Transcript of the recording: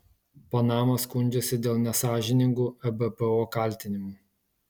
panama skundžiasi dėl nesąžiningų ebpo kaltinimų